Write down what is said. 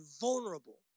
vulnerable